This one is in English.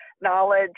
knowledge